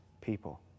people